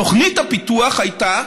תוכנית הפיתוח הייתה,